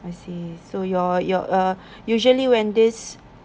I see so your your uh usually when this